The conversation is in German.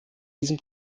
diesem